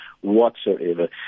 whatsoever